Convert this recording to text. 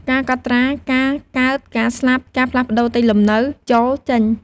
ការកត់ត្រាការកើត ការស្លាប់ ការផ្លាស់ប្តូរទីលំនៅចូល-ចេញ។